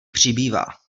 přibývá